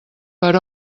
per